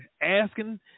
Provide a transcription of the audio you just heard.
asking